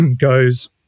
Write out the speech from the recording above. goes